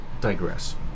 digress